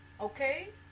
okay